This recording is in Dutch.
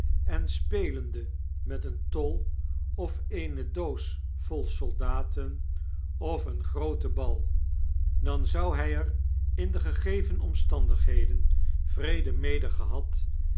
en spelende met eentol of eene doos vol soldaten of een grooten bal dan zou hy er in de gegeven omstandigheden vrede